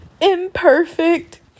imperfect